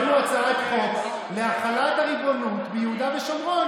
הבאנו הצעת חוק להחלת הריבונות ביהודה ושומרון.